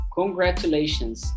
congratulations